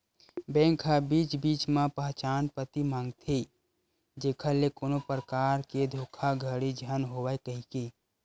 bank ह बीच बीच म पहचान पती मांगथे जेखर ले कोनो परकार के धोखाघड़ी झन होवय कहिके